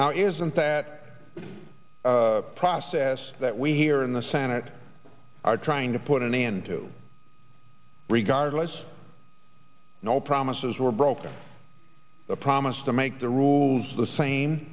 now isn't that a process that we here in the senate are trying to put an end to regardless no promises were broken a promise to make the room the same